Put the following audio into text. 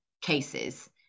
Cases